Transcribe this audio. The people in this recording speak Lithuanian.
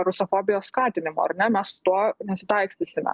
rusofobijos skatinimo ar ne mes su tuo nesitaikstysime